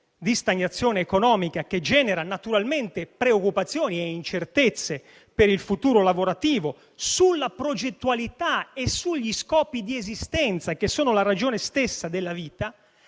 di stagnazione economica, che genera naturalmente preoccupazioni e incertezze per il futuro lavorativo, sulla progettualità e sugli scopi di esistenza, che sono la ragione stessa della vita;